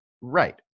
Right